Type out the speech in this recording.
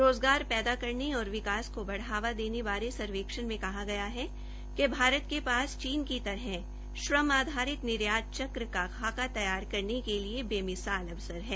रोज़गार पैदा करने और विकास को बढ़ावा देने बारे सर्वेक्षण में कहा गया है कि भारत के पास में चीन की तरह श्रम आधारित निर्यात चक्र का खाका तैयार करने के लिए बेमिसाल अवसर है